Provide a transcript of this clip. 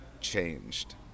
changed